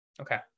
Okay